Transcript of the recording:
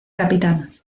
capitán